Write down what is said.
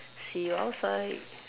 see you outside